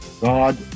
God